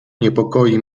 niepokoi